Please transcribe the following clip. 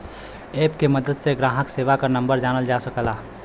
app के मदद से ग्राहक सेवा क नंबर जानल जा सकला